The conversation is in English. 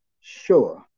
sure